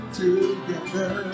together